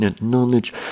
knowledge